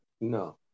No